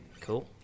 Cool